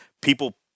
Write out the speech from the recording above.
people